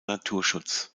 naturschutz